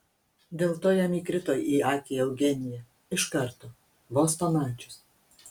dėl to jam įkrito į akį eugenija iš karto vos pamačius